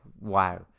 Wow